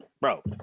bro